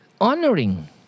honoring